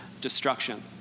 destruction